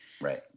Right